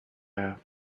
have